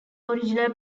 original